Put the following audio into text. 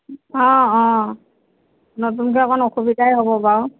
অ অ নতুনকৈ অকণ অসুবিধাই হ'ব বাৰু